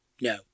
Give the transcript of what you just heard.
No